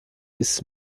ist